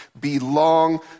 belong